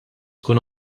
tkun